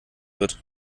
wird